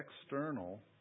External